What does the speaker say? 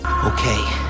Okay